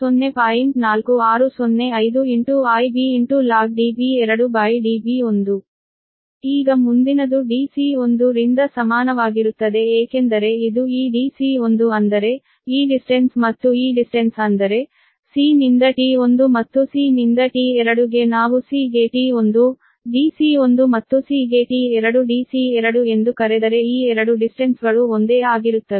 4605 Ib log Db2 Db1 ಈಗ ಮುಂದಿನದು Dc1 ರಿಂದ ಸಮಾನವಾಗಿರುತ್ತದೆ ಏಕೆಂದರೆ ಇದು ಈ Dc1 ಅಂದರೆ ಈ ಡಿಸ್ಟೆನ್ಸ್ ಮತ್ತು ಈ ಡಿಸ್ಟೆನ್ಸ್ ಅಂದರೆ c ನಿಂದ T1 ಮತ್ತು c ನಿಂದ T2 ಗೆ ನಾವು c ಗೆ T1 Dc1 ಮತ್ತು c ಗೆ T2 Dc2 ಎಂದು ಕರೆದರೆ ಈ 2 ಡಿಸ್ಟೆನ್ಸ್ ಒಂದೇ ಆಗಿರುತ್ತವೆ